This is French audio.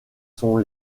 sont